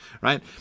right